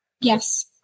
yes